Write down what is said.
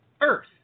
Earth